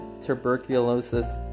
tuberculosis